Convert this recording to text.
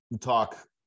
talk